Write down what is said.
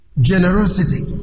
Generosity